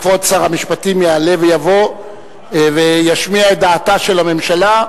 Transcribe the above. כבוד שר המשפטים יעלה ויבוא וישמיע את דעתה של הממשלה,